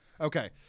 okay